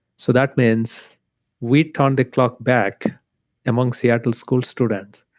so that means we turn the clock back among seattle school students.